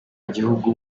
gihugu